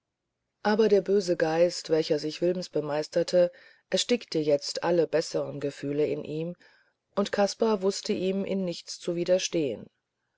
aber der böse geist welcher sich wilms bemeisterte erstickte jetzt alle bessere gefühle in ihm und kaspar wußte ihm in nichts zu widerstehen